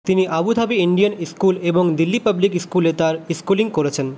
তিনি Abu Dhabi Indian school এবং Delhi public স্কুলে তার স্কুলিং করেছেন